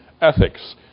ethics